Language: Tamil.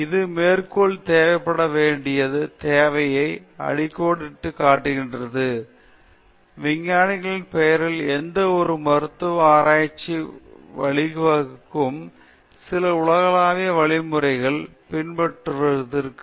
இது மேற்கோள் தேவைப்பட வேண்டிய தேவையை அடிக்கோடிட்டுக் காட்டியது விஞ்ஞானத்தின் பெயரில் எந்தவொரு மருத்துவ ஆராய்ச்சிக்கும் வழிவகுக்கும் சில உலகளாவிய வழிமுறைகளை பின்பற்றுவதற்கு இந்த சோதனைகள் உண்மையில் அடிக்கோடிடுகின்றன